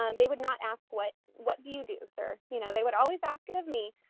um they would not ask what what do you do sir? you know, they would always asking of me,